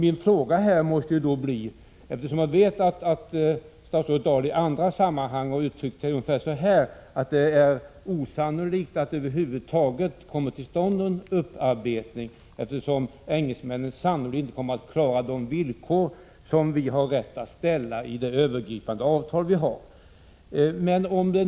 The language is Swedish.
Jag vet att statsrådet Dahl i andra sammanhang har uttryckt sig ungefär på det sättet att det är osannolikt att det över huvud taget kommer till stånd någon upparbetning, eftersom engelsmännen troligen inte kommer att klara de villkor som vi har rätt att ställa enligt det övergripande avtal vi har med dem.